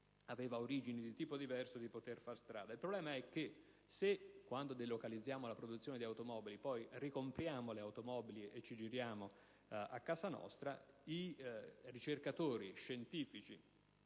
aveva origini di tipo diverso di fare strada. Il problema è che, mentre quando delocalizziamo la produzione di automobili poi ricompriamo le vetture e ci giriamo a casa nostra, i ricercatori scientifici